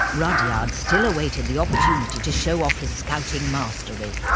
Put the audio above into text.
rudyard still awaited the opportunity to show off his scouting mastery.